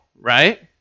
right